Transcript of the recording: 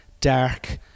dark